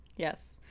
Yes